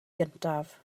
gyntaf